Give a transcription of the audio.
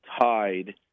tied